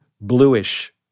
bluish